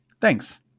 Thanks